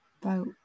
boat